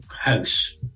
house